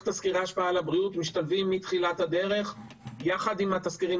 תסקירי השפעה על הבריאות משתלבים מתחילת הדרך יחד עם התסקירים